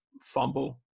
fumble